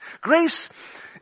Grace